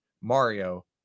Mario